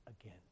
again